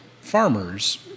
farmers